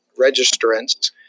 registrants